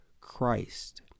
Christ